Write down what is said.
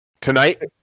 Tonight